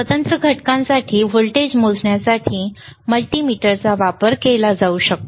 स्वतंत्र घटकांसाठी व्होल्टेज मोजण्यासाठी मल्टीमीटरचा वापर केला जाऊ शकतो